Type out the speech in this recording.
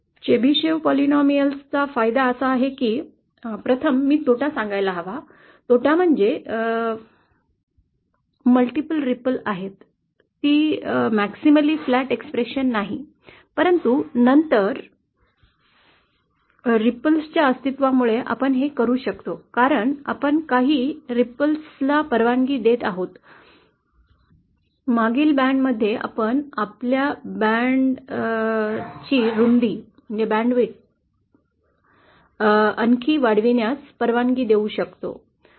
Chebyshev बहुपदीयतेचा फायदा असा आहे की प्रथम मी तोटा सांगायला हवा तोटा म्हणजे बहुधारी लहरी आहेत ती अधिक सपाट अभिव्यक्ती नाही परंतु नंतर लहरीच्या अस्तित्वामुळे आपण हे करू शकतो कारण आपण काही लहरींना परवानगी देत आहोत मागील बँडमध्ये आपण आपल्याबँडची रूंदी आणखी वाढविण्यास परवानगी देऊ शकतो